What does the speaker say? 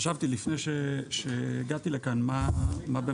חשבתי לפני שהגעתי לכאן מה באמת